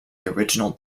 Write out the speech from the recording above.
original